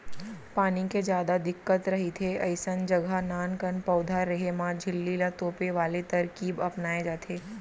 पानी के जादा दिक्कत रहिथे अइसन जघा नानकन पउधा रेहे म झिल्ली ल तोपे वाले तरकीब अपनाए जाथे